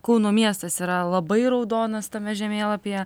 kauno miestas yra labai raudonas tame žemėlapyje